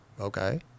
okay